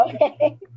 Okay